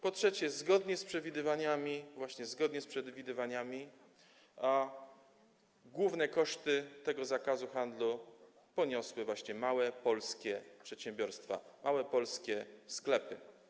Po trzecie, zgodnie z przewidywaniami, właśnie zgodnie z przewidywaniami, główne koszty tego zakazu handlu poniosły małe polskie przedsiębiorstwa, małe polskie sklepy.